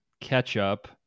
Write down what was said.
ketchup